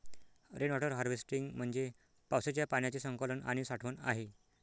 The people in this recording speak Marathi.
रेन वॉटर हार्वेस्टिंग म्हणजे पावसाच्या पाण्याचे संकलन आणि साठवण आहे